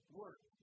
work